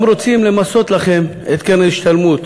גם רוצים למסות לכם את קרן ההשתלמות,